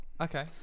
Okay